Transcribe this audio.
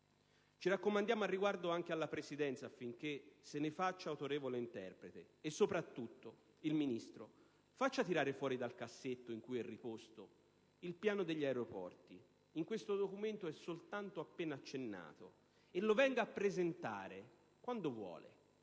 Ci raccomandiamo al riguardo anche alla Presidenza, affinché se ne faccia autorevole interprete. E soprattutto il Ministro faccia tirare fuori dal cassetto in cui è riposto il piano degli aeroporti (che in questo documento è soltanto appena accennato) e lo venga a presentare, quando vuole,